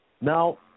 Now